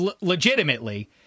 legitimately